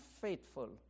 faithful